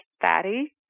fatty